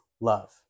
love